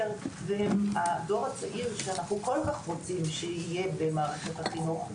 של הדור הצעיר שאנחנו כל כך רוצים שיהיה במערכת החינוך,